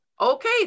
Okay